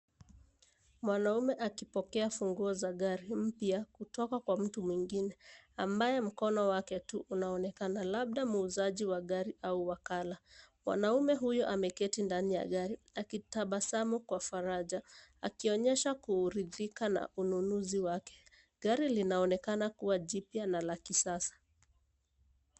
Mwanaume akipokea funguo za gari mpya kutoka kwa mtu mwingine ambaye mkono wake tu unaonekana labda muuzaji wa gari au wakala. Mwanaume huyo ameketi ndani ya gari akitabasamu kwa faraja akionyesha kuridhika na ununuzi wake. Gari linaonekana kuwa jipya na la kisasa.